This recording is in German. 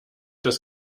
das